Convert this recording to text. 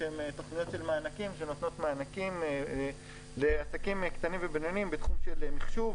שהן תכניות שנותנות מענקים לעסקים קטנים ובינוניים בתחום של מחשוב,